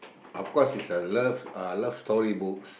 of course is a love uh love storybooks